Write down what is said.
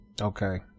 Okay